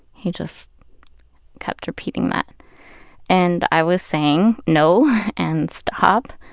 he just kept repeating that and i was saying no and stop,